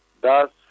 Thus